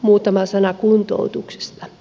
muutama sana kuntoutuksesta